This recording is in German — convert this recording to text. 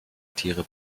tiere